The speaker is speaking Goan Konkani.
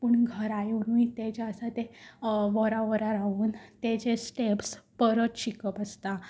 पूण घरा येवन तूं जें आसा तें वरां वरां रावून ते जे स्टेप्स परत शिकप आसता